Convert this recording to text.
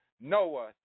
Noah